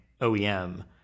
OEM